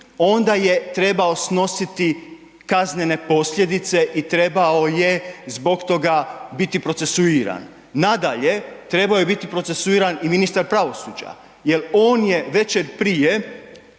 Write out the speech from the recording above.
onda je trebao snositi kaznene posljedice i trebao je zbog toga biti procesuiran. Nadalje, trebao je biti procesuiran i ministar pravosuđa jer on je večer prije